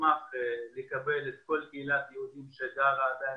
כל קהילת היהודים שגרה עדיין